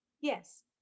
Yes